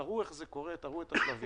שתראו איך זה קורה, שתראו את הקווים.